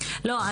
אני